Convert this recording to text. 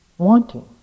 wanting